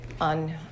on